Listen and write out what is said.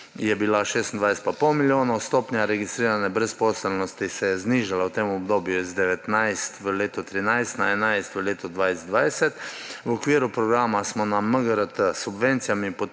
je bila 26,5 milijona, stopnja registrirane brezposelnosti se je znižala v tem obdobju iz 19 % v letu 2013 na 11 % v letu 2020. V okviru programa smo na MGRT s subvencijami